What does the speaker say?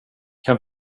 kan